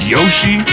Yoshi